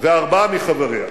וארבעה מחבריה.